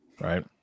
right